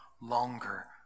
longer